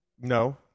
No